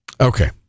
Okay